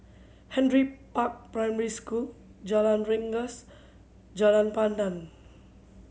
Henry Park Primary School Jalan Rengas Jalan Pandan